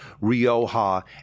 Rioja